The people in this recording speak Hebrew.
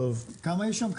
כמה יש שם?